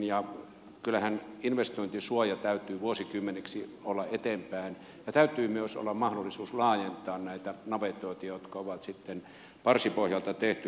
ja kyllähän investointisuoja täytyy vuosikymmeniksi olla eteenpäin ja täytyy myös olla mahdollisuus laajentaa näitä navetoita jotka on sitten parsipohjalta tehty